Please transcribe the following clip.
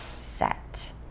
set